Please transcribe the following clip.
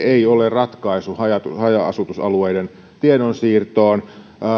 ei ole ratkaisu haja haja asutusalueiden tiedonsiirtoon